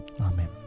Amen